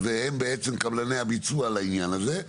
והם בעצם קבלני הביצוע לעניין הזה.